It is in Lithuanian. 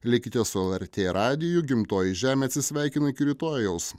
likite su lrt radiju gimtoji žemė atsisveikina iki rytojaus